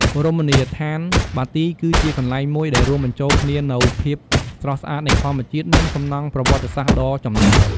រមណីយដ្ឋានបាទីគឺជាកន្លែងមួយដែលរួមបញ្ចូលគ្នានូវភាពស្រស់ស្អាតនៃធម្មជាតិ និងសំណង់ប្រវត្តិសាស្ត្រដ៏ចំណាស់។